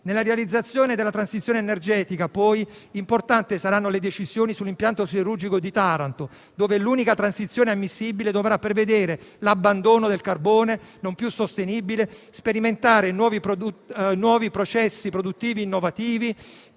Nella realizzazione della transizione energetica saranno poi importanti le decisioni sull'impianto siderurgico di Taranto, dove l'unica transizione ammissibile dovrà prevedere l'abbandono del carbone, non più sostenibile, sperimentando nuovi processi produttivi innovativi,